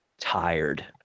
Tired